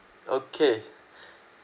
okay